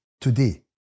today